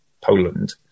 Poland